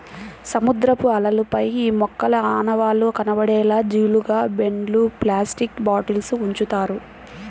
సముద్రపు అలలపై ఈ మొక్కల ఆనవాళ్లు కనపడేలా జీలుగు బెండ్లు, ప్లాస్టిక్ బాటిల్స్ ఉంచుతారు